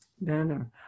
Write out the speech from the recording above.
banner